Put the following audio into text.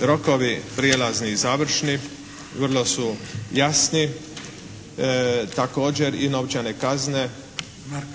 Rokovi prijelazni i završni vrlo su jasni. Također i novčane kazne su rigorozne